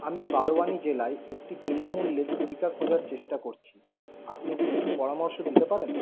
আমি বারওয়ানি জেলায় একটি বিনামূল্যের টিকা খোঁজার চেষ্টা করছি আপনি কি কিছু পরামর্শ দিতে পারেন